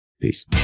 peace